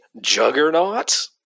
Juggernaut